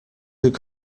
could